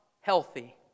healthy